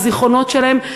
על הזיכרונות שלהם,